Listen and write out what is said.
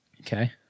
Okay